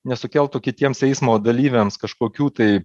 nesukeltų kitiems eismo dalyviams kažkokių tai